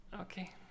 Okay